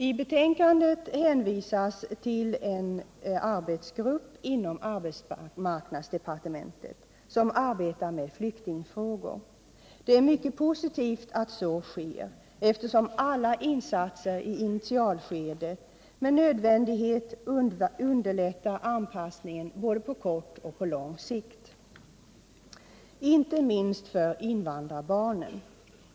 I betänkandet hänvisas till att en arbetsgrupp inom arbetmarknadsdepartementet arbetar med flyktingfrågor. Det är mycket positivt att så sker, eftersom alla insatser i initialskedet med nödvändighet underlättar anpassningen både på kort och på lång sikt, inte minst för invandrarbarnen.